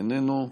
איננו,